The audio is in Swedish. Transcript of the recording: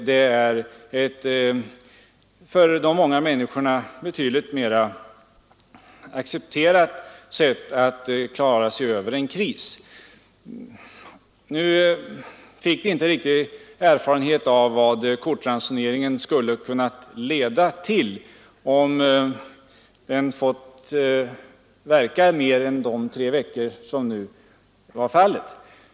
Det är ett av de många människorna betydligt mer accepterat sätt att klara sig över en kris. Vi fick ingen riktig erfarenhet av vad kortransoneringen skulle kunna leda till om den fått verka mer än de tre veckor, som nu var fallet.